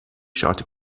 schaute